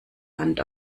hand